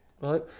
right